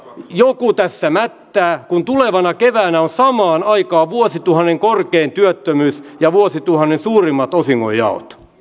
joku tässä mättää kun tulevana keväänä on samaan aikaan vuosituhannen korkein työttömyys ja vuosituhannen suurimmat osingonjaot